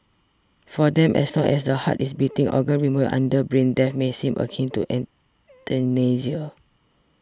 for them as long as the heart is beating organ removal under brain death may seem akin to euthanasia